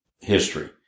history